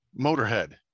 Motorhead